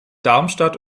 darmstadt